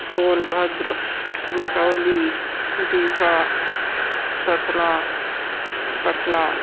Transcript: Sonbhadra Singrauli Dihba Satna Patna